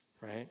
Right